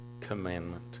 commandment